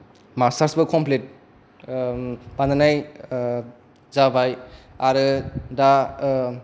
masters बो complete बानायनाय जाबाय आरो दा